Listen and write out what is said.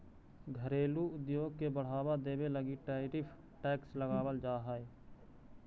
घरेलू उद्योग के बढ़ावा देवे लगी टैरिफ टैक्स लगावाल जा हई